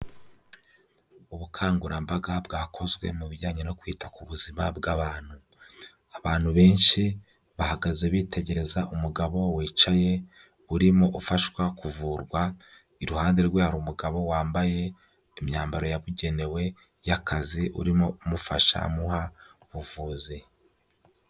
Ubukangurambaga bwakozwe mu bijyanye no kwita ku buzima bw'abantu. Abantu benshi bahagaze bitegereza umugabo wicaye urimo ufashwa kuvurwa, iruhande rwe hari umugabo wambaye imyambaro yabugenewe y'akazi urimo kumufasha amuha ubuvuzi.